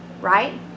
right